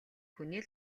хүний